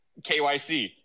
KYC